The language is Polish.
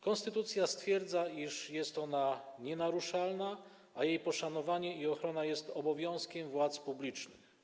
Konstytucja stwierdza, iż jest ona nienaruszalna, a jej poszanowanie i ochrona jest obowiązkiem władz publicznych.